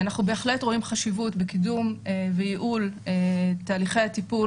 אנחנו בהחלט רואים חשיבות בקידום ובייעול תהליכי הטיפול